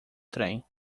trem